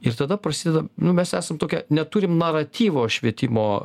ir tada prasideda nu mes esam tokia neturim naratyvo švietimo